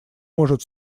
может